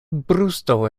brusto